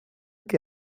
que